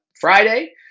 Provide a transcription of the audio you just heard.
Friday